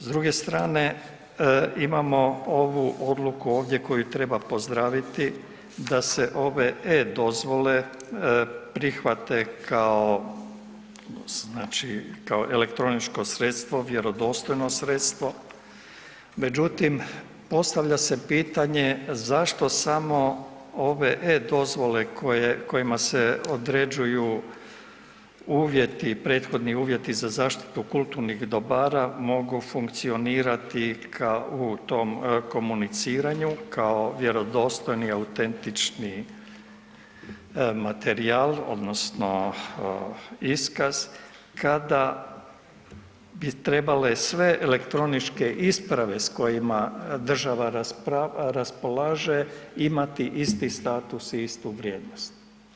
S druge strane imamo ovu odluku ovdje koju treba pozdraviti da se ove e-dozvole prihvate kao znači kao elektroničko sredstvo, vjerodostojno sredstvo, međutim postavlja se pitanje zašto samo ove e-dozvole koje, kojima se određuju uvjeti, prethodni uvjeti za zaštitu kulturnih dobara mogu funkcionirati u tom komuniciranju kao vjerodostojni, autentični materijal odnosno iskaz kada bi trebale sve elektroničke isprave s kojima država raspolaže imati isti status i istu vrijednost.